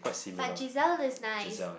but Giselle is nice